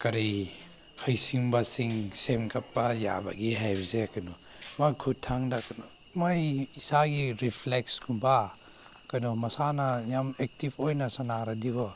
ꯀꯔꯤ ꯍꯩꯁꯤꯡꯕꯁꯤꯡ ꯁꯦꯝꯒꯠꯄ ꯌꯥꯕꯒꯤ ꯍꯥꯏꯕꯁꯦ ꯀꯩꯅꯣ ꯃꯥ ꯈꯨꯊꯥꯡꯗ ꯀꯩꯅꯣ ꯃꯣꯏ ꯏꯁꯥꯒꯤ ꯔꯤꯐ꯭ꯂꯦꯛꯁꯀꯨꯝꯕ ꯀꯩꯅꯣ ꯃꯁꯥꯟꯅ ꯌꯥꯝ ꯑꯦꯛꯇꯤꯕ ꯑꯣꯏꯅ ꯁꯥꯟꯅꯔꯗꯤꯀꯣ